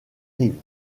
rives